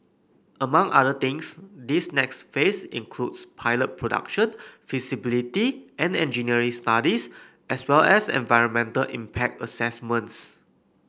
among other things this next phase includes pilot production feasibility and engineering studies as well as environmental impact assessments